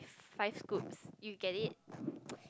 five scoops you get it